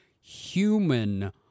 human